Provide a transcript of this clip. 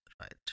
right